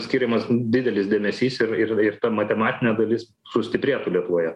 skiriamas didelis dėmesys ir ir ir ta matematinė dalis sustiprėtų lietuvoje